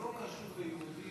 זה לא קשור באיומים,